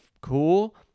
cool